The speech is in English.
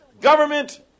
government